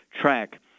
track